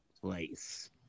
place